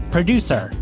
Producer